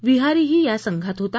विहारीही या संघात होता